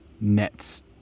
nets